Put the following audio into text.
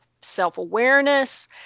self-awareness